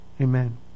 Amen